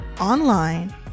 online